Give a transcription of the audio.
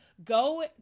Go